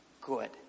good